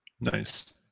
nice